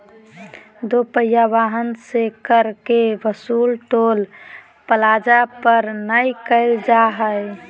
दो पहिया वाहन से कर के वसूली टोल प्लाजा पर नय कईल जा हइ